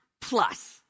plus